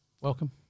Welcome